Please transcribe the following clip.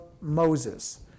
Moses